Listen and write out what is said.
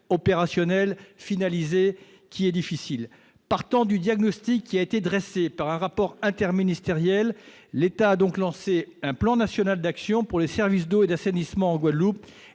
opérationnels et finalisés, qui est difficile. Partant du diagnostic qui a été dressé par un rapport interministériel, l'État a donc lancé un Plan national d'action pour les services d'eau et d'assainissement en Guadeloupe et